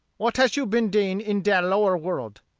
what hash you bin dain in die lower world?